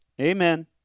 Amen